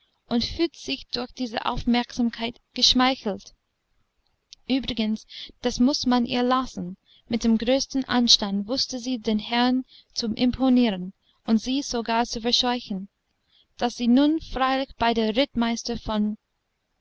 und fühlt sich durch diese aufmerksamkeit geschmeichelt übrigens das muß man ihr lassen mit dem größten anstand wußte sie den herren zu imponieren und sie sogar zu verscheuchen daß sie nun freilich bei dem rittmeister von